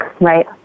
Right